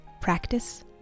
Practice